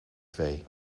twee